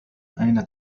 أين